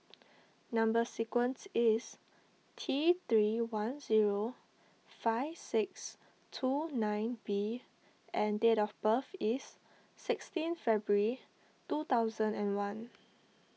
Number Sequence is T three one zero five six two nine B and date of birth is sixteen February two thousand and one